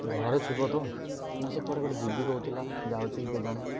ଘରେ ଥିବ ତ ନା ସେ କୁଆଡେ ଗୋଟେ ଯିବି କହୁଥିଲା ଯାଉଛି ବି କେଜାଣି